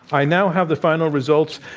i now have the final results.